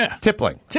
tippling